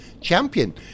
champion